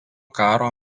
karo